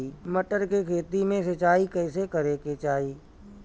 मटर के खेती मे सिचाई कइसे करे के चाही?